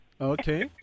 Okay